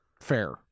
fair